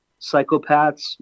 psychopaths